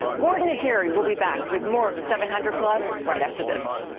gordon and terry will be back with more of the seven hundred club right after this.